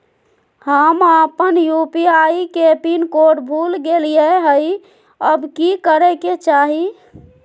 हम अपन यू.पी.आई के पिन कोड भूल गेलिये हई, अब की करे के चाही?